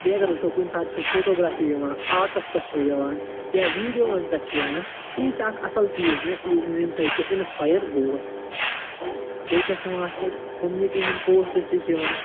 بیٚیہِ اگر وٕچھو کُنہِ ساتہٕ چھُ فوٹوگرافی یِوان آرٹس پٮ۪ٹھ چھِ یِوان یا ویٖڈیون پٮ۪ٹھ چھِ یِوان تہٕ یہِ چھِ اکھ اصل چیٖز مےٚ ییٚمہِ ستۍ بہٕ اِنسپایر گوس بیٚیہِ کیٚاہ چھِ یِوان اتھ پٮ۪ٹھ کومنِٹی ہٕنٛدۍ پوسٹ تہِ چھِ یِوان